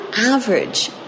average